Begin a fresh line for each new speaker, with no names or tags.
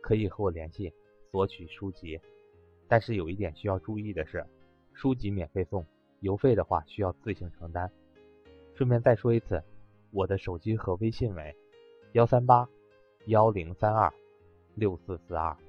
可以和我联系，索取书籍。但是有一点需要注意的是，书籍免费送，邮费的话需要自行承担。顺便再说一次，我的手机和微信为：13810326442